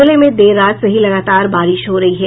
जिले में देर रात से ही लगातार बारिश हो रही है